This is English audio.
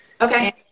Okay